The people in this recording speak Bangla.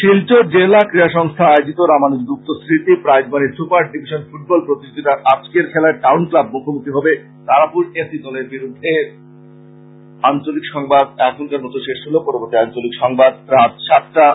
শিলচর জেলা ক্রীড়া সংস্থা আয়োজিত রামানুজ গুপ্ত স্মৃতি প্রাইজমানি সুপার ডিভিশন ফুটবল প্রতিযোগীতার আজকে খেলায় টাউন ক্লাব মুখোমুখি হবে তারাপুর এ সি দলের বিরুদ্ধে